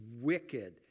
wicked